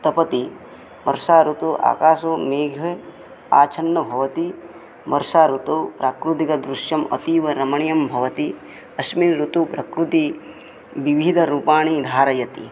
तपति वर्षा ऋतुः आकाशे मेघे आच्छन्नः भवति वर्षा ऋतौ प्राकृतिकदृश्यम् अतीवरमणीयं भवति अस्मिन् ऋतौ प्रकृतिः विविधरूपाणि धारयति